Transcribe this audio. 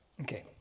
Okay